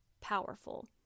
powerful